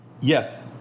Yes